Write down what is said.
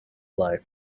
life